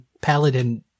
Paladin